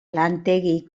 lantegi